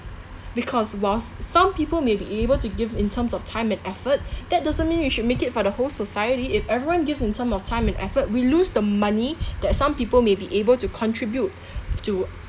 because while s~ some people may be able to give in terms of time and effort that doesn't mean we should make it for the whole society if everyone gives in term of time and effort we lose the money that some people may be able to contribute to